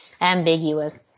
ambiguous